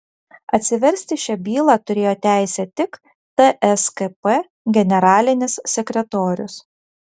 atsiversti šią bylą turėjo teisę tik tskp generalinis sekretorius